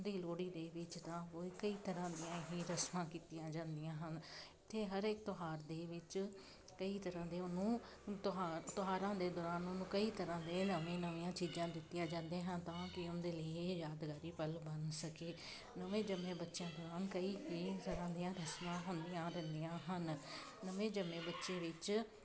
ਉਹਦੀ ਲੋਹੜੀ ਦੇ ਵਿੱਚ ਤਾਂ ਬਹੁਤ ਹੀ ਤਰ੍ਹਾਂ ਦੀਆਂ ਹੀ ਰਸਮਾਂ ਕੀਤੀਆਂ ਜਾਂਦੀਆਂ ਹਨ ਅਤੇ ਹਰ ਇੱਕ ਤਿਉਹਾਰ ਦੇ ਵਿੱਚ ਕਈ ਤਰ੍ਹਾਂ ਦੇ ਉਹਨੂੰ ਤਿਉਹਾਰ ਤਿਉਹਾਰਾਂ ਦੇ ਦੌਰਾਨ ਉਹਨੂੰ ਕਈ ਤਰ੍ਹਾਂ ਦੇ ਨਵੇਂ ਨਵੀਆਂ ਚੀਜ਼ਾਂ ਦਿੱਤੀਆਂ ਜਾਂਦੀਆਂ ਹਨ ਤਾਂ ਕਿ ਉਹਦੇ ਲਈ ਇਹ ਯਾਦਗਾਰੀ ਪਲ ਬਣ ਸਕੇ ਨਵੇਂ ਜੰਮੇ ਬੱਚਿਆਂ ਕਈ ਤਰ੍ਹਾਂ ਦੀਆਂ ਰਸਮਾਂ ਹੁੰਦੀਆਂ ਰਹਿੰਦੀਆਂ ਹਨ ਨਵੇਂ ਜੰਮੇ ਬੱਚੇ ਵਿੱਚ